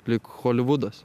lyg holivudas